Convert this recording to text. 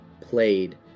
played